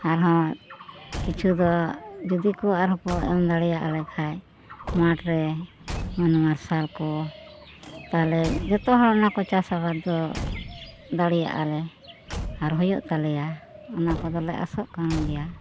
ᱟᱨᱦᱚᱸ ᱠᱤᱪᱷᱩ ᱫᱚ ᱡᱩᱫᱤ ᱠᱚ ᱟᱨ ᱦᱚᱠᱚ ᱮᱢ ᱫᱟᱲᱮᱭᱟᱜ ᱠᱷᱟᱱ ᱢᱟᱴᱷ ᱨᱮ ᱥᱟᱵᱽ ᱢᱟᱨᱥᱟᱞ ᱠᱚ ᱛᱟᱦᱚᱞᱮ ᱡᱚᱛᱚ ᱦᱚᱲ ᱚᱱᱟ ᱠᱚ ᱪᱟᱥ ᱟᱵᱟᱫ ᱫᱚ ᱫᱟᱲᱮᱭᱟᱜᱟᱞᱮ ᱟᱨ ᱦᱩᱭᱩᱜ ᱛᱟᱞᱮᱭᱟ ᱚᱱᱟ ᱠᱚᱫᱚᱞᱮ ᱟᱥᱚᱠᱟᱱ ᱜᱮᱭᱟ